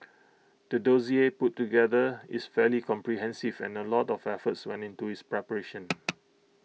the dossier put together is fairly comprehensive and A lot of effort went into its preparation